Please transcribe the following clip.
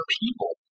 people